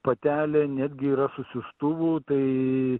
patelė netgi yra su siųstuvu tai